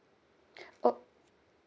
oh